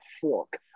fork